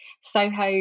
Soho